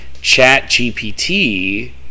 ChatGPT